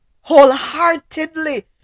wholeheartedly